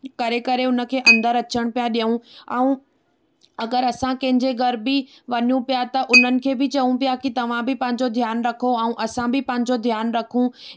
करे करे उनखे अंदरि अचणु पिया ॾियूं ऐं अगरि असां कंहिंजे घर बि वञू पिया त उन्हनि खे बि चयूं पिया की तव्हां बि पंहिंजो ध्यानु रखो ऐं असां बि पंहिंजो ध्यानु रखूं